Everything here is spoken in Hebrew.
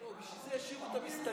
בשביל זה השאירו את המסתננים.